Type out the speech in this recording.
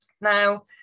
Now